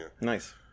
Nice